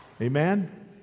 Amen